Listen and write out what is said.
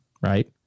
right